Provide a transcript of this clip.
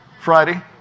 Friday